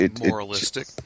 Moralistic